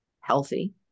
healthy